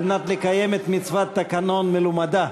על מנת לקיים את מצוות התקנון מלומדה,